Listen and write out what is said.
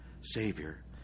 Savior